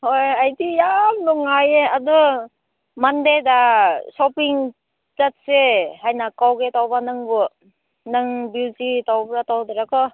ꯍꯣꯏ ꯑꯩꯗꯤ ꯌꯥꯝ ꯅꯨꯡꯉꯥꯏꯌꯦ ꯑꯗꯣ ꯃꯟꯗꯦꯗ ꯁꯣꯞꯄꯤꯡ ꯆꯠꯁꯦ ꯍꯥꯏꯅ ꯀꯧꯒꯦ ꯇꯧꯕ ꯅꯪꯕꯨ ꯅꯪ ꯕꯤꯖꯤ ꯇꯧꯕ꯭ꯔ ꯇꯧꯗ꯭ꯔ ꯀꯣ